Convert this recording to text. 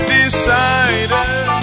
decided